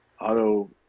auto